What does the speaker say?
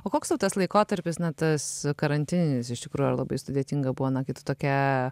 o koks tau tas laikotarpis na tas karantininis iš tikrųjų ar labai sudėtinga buvo na kai tu tokia